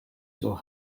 your